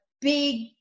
big